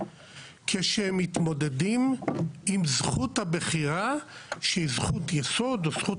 כשהם מתמודדים עם זכות הבחירה שהיא זכות יסוד או זכות